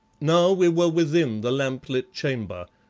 now we were within the lamp-lit chamber,